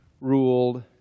Ruled